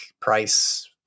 price